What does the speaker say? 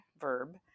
verb